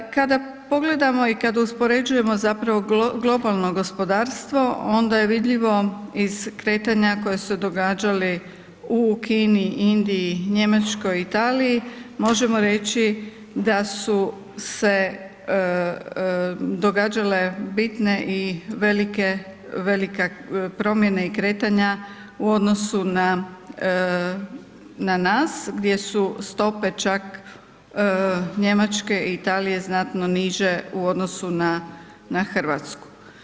Kada pogledamo i kada uspoređujemo globalno gospodarstvo onda je vidljivo iz kretanja koja su se događala u Kini, Indiji, Njemačkoj, Italiji možemo reći da su se događale bitne i velike promjene i kretanja u odnosu na nas gdje su stope čak Njemačke i Italije znatno niže u odnosu na Hrvatsku.